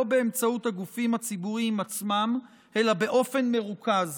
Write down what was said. באמצעות הגופים הציבוריים עצמם אלא באופן מרוכז